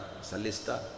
Salista